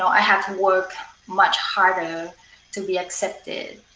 i had to work much harder to be accepted,